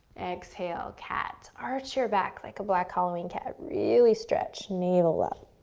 exhale, cat. arch your back like a black halloween cat. really stretch, kneel up.